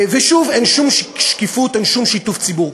ושוב, אין שום שקיפות, אין שום שיתוף ציבור.